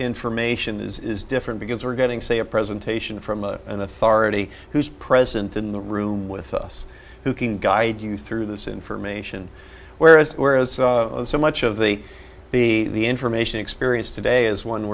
information is different because we're getting say a presentation from an authority who's present in the room with us who can guide you through this information whereas whereas so much of the the information experience today is one